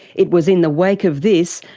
it was in the wake of this,